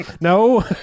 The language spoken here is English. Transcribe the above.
No